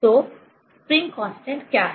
तो spring constant क्या है